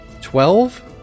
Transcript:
Twelve